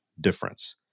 difference